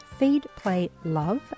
feedplaylove